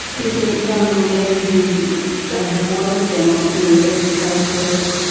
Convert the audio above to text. these are young men who don't have work, they are not being educated,